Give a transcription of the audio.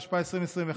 התשפ"א 2021,